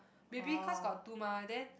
maybe cause got two mah then